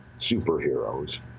superheroes